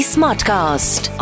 Smartcast